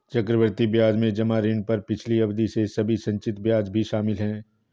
चक्रवृद्धि ब्याज में जमा ऋण पर पिछली अवधि के सभी संचित ब्याज भी शामिल हैं